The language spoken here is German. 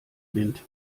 wind